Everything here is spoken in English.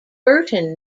burton